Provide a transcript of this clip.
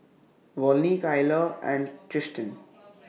Volney Kyler and Tristin